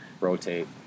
rotate